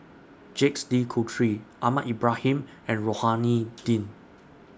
Jacques De Coutre Ahmad Ibrahim and Rohani Din